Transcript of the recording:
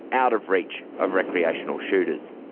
out of reach of recreational shooters.